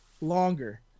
longer